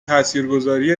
تاثیرگذاری